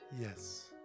Yes